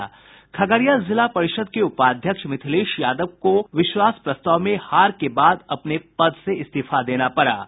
खगड़िया जिला परिषद् के उपाध्यक्ष मिथिलेश यादव को विश्वास प्रस्ताव में हार के बाद अपने पद से इस्तीफा देना पड़ा है